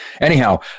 anyhow